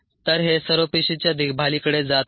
तर हे सर्व पेशीच्या देखभालीकडे जात आहे